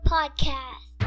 Podcast